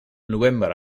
novembre